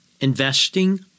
Investing